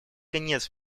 конец